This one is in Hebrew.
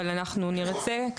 אבל אנחנו נרצה,